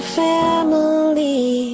family